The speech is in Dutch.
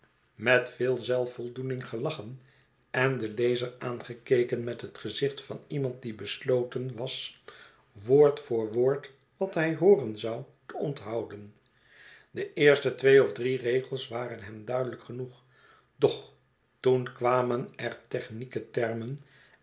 met veel zelfvoldoening gelachen en den lezer aangekeken met het gezicht van iemand die besloten was woord voor woord wat hij hooren zou te onthouden de eerste twee of drie regels waren hem duidelijk genoeg doch toen kwamen er technieke termen